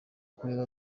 kureba